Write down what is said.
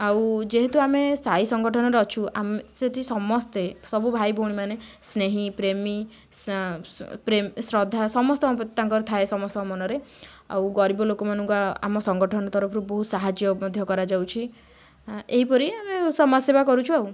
ଆଉ ଯେହେତୁ ଆମେ ସାଇ ସଂଗଠନରେ ଅଛୁ ଆମେ ସେଇଠି ସମସ୍ତେ ସବୁ ଭାଇଭଉଣୀମାନେ ସ୍ନେହୀ ପ୍ରେମୀ ଶ୍ରଦ୍ଧା ସମସ୍ତ ପ୍ରତି ତାଙ୍କର ଥାଏ ସମସ୍ତଙ୍କ ମନରେ ଆଉ ଗରିବ ଲୋକମାନଙ୍କୁ ଆମ ସଂଗଠନ ତରଫରୁ ବହୁତ ସାହାଯ୍ୟ ମଧ୍ୟ କରାଯାଉଛି ଏହିପରି ଆମେ ସମାଜସେବା କରୁଛୁ ଆଉ